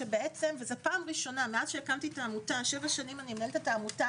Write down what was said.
זו פעם ראשונה מאז שהקמתי את העמותה שבע שנים אני מנהלת אותה